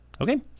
Okay